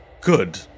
good